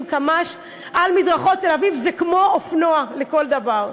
קמ"ש על מדרכות תל-אביב זה כמו אופנוע לכל דבר,